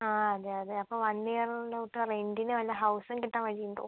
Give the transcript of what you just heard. ആ അതെ അതെ അപ്പം വൺ ഇയറിലോട്ട് റെന്റിന് വല്ല ഹൗസും കിട്ടാൻ വഴിയുണ്ടോ